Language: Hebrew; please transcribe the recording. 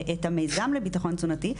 את המיזם לביטחון תזונתי,